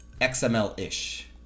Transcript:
XML-ish